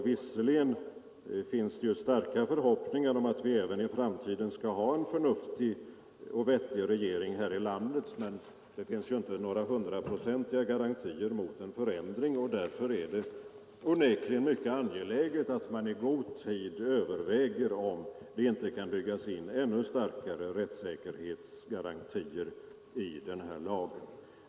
Visserligen finns det starka förhoppningar om att vi även i framtiden skall ha en vettig och förnuftig regering här i landet, men det finns ju inte några hundraprocentiga garantier mot en förändring, och därför är det onekligen mycket angeläget att man i god tid överväger om det inte kan byggas in ännu starkare rättssäkerhetsgarantier i denna lag.